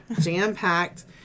Jam-packed